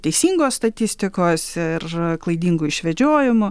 teisingos statistikos ir klaidingų išvedžiojimų